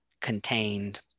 contained